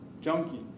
junkie